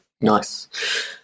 nice